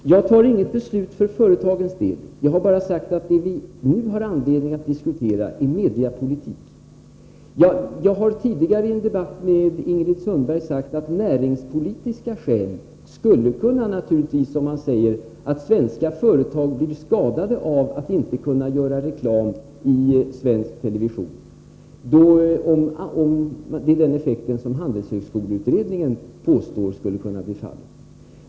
Jag tar inget beslut för företagens del. Jag har bara sagt att det vi nu har anledning att diskutera är mediepolitik. I en tidigare debatt med Ingrid Sundberg har jag sagt att näringspolitiska skäl naturligtvis skulle kunna få betydelse, om svenska företag blir skadade av att inte kunna göra reklam i svensk television; det är den effekt som Handelshögskoleutredningen påstår skulle kunna uppstå.